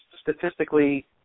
statistically